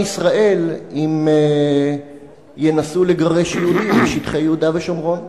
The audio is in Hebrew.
ישראל אם ינסו לגרש יהודים משטחי יהודה ושומרון.